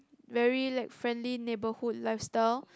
very like friendly neighborhood lifestyle